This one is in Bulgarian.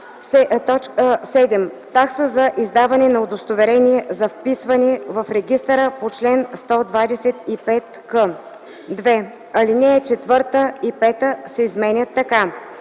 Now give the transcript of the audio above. „7. такса за издаване на удостоверение за вписване в регистъра по чл. 125к”. 2. Алинеи 4 и 5 се изменят така: